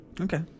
Okay